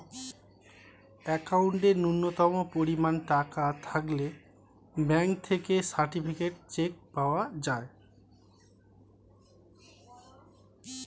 অ্যাকাউন্টে ন্যূনতম পরিমাণ টাকা থাকলে ব্যাঙ্ক থেকে সার্টিফায়েড চেক পাওয়া যায়